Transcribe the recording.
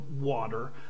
water